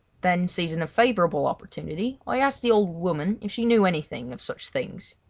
then, seizing a favourable opportunity, i asked the old woman if she knew anything of such things.